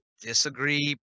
disagree